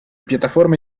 piattaforme